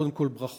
קודם כול ברכות,